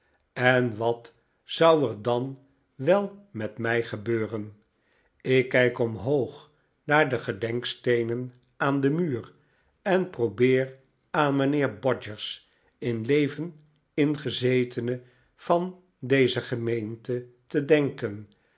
en wat zou er dan wel met mij gebeuren ik kijk omhoog naar de gedenksteenen aan de muren en probeer aan mijnheer bodgers in leven ingezetene van deze gemeente te denken